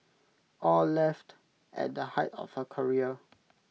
aw left at the height of her career